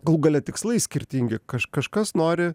galų gale tikslai skirtingi kaž kažkas nori